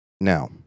Now